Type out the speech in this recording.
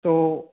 तो